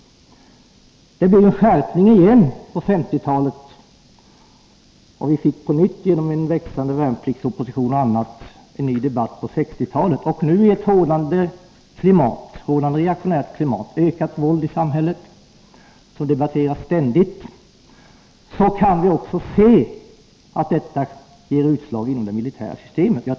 På 1950-talet blev det en skärpning igen. Genom en växande värnpliktsopposition och annat fick vi en ny debatt på 1960-talet. Nu är det ett hårdnande reaktionärt klimat. Våldet ökar i samhället, något som ständigt debatteras. Och vi kan se att detta också ger utslag inom det militära systemet.